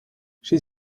she